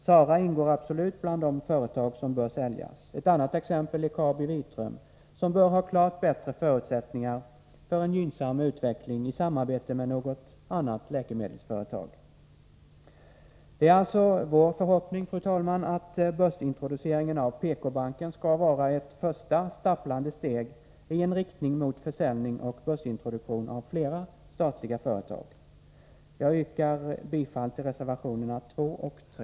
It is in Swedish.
SARA tillhör absolut de företag som bör säljas. Ett annat exempel är KabiVitrum, som i samarbete med något annat läkemedelsföretag bör ha klart bättre förutsättningar för en gynnsam utveckling. Det är alltså vår förhoppning, fru talman, att börsintroduceringen av PK-banken skall vara ett första stapplande steg i riktning mot försäljning och börsintroduktion av flera statliga företag. Jag yrkar bifall till reservationerna 2 och 3.